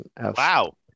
wow